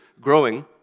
growing